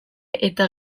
eta